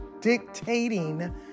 dictating